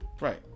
Right